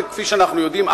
וכפי שאנחנו יודעים,